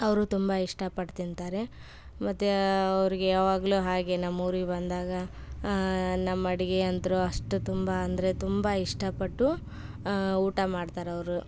ಅವರು ತುಂಬ ಇಷ್ಟಪಟ್ಟು ತಿಂತಾರೆ ಮತ್ತು ಅವ್ರಿಗೆ ಯಾವಾಗಲೂ ಹಾಗೇ ನಮ್ಮೂರಿಗೆ ಬಂದಾಗ ನಮ್ಮ ಅಡುಗೆ ಅಂತು ಅಷ್ಟು ತುಂಬ ಅಂದರೆ ತುಂಬ ಇಷ್ಟಪಟ್ಟು ಊಟ ಮಾಡ್ತಾರೆ ಅವರು